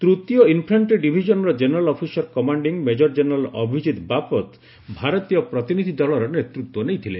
ତୃତୀୟ ଇନ୍ଫ୍ରାଷ୍ଟ୍ରି ଡିଭିଜନର general officer commanding major general Abhijit Bapat ଭାରତୀୟ ପ୍ରତିନିଧି ଦଳର ନେତୃତ୍ୱ ନେଇଥିଲେ